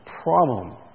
problem